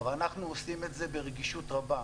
אבל אנחנו פועלים ברגישות רבה.